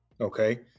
Okay